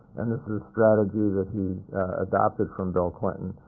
and this is a strategy that he adopted from bill clinton,